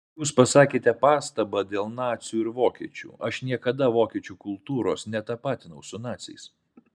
jūs pasakėte pastabą dėl nacių ir vokiečių aš niekada vokiečių kultūros netapatinau su naciais